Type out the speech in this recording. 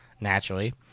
naturally